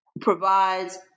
provides